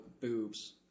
boobs